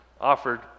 offered